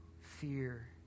fear